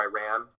Iran